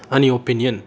आंनि अपेनियोन